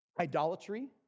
Idolatry